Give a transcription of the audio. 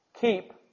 keep